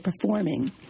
performing